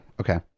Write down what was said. Okay